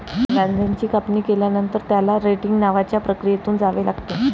गांजाची कापणी केल्यानंतर, त्याला रेटिंग नावाच्या प्रक्रियेतून जावे लागते